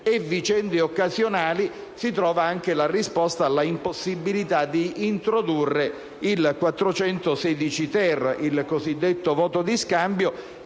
e vicende occasionali si trova anche la risposta all'impossibilità di introdurre il 416-*ter*, il cosiddetto voto di scambio,